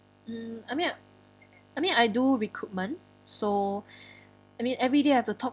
um I mean I mean I do recruitment so I mean every day I have to talk